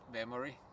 memory